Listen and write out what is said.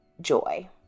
joy